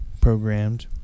programmed